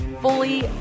fully